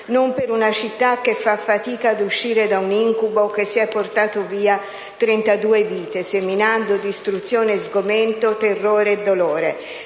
non per una città che fa fatica ad uscire da un incubo che si è portato via 32 vite, seminando distruzione e sgomento, terrore e dolore.